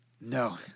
No